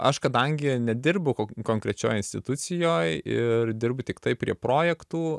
aš kadangi nedirbu konkrečioj institucijoj ir dirbu tiktai prie projektų